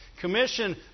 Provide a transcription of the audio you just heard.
Commission